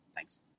Thanks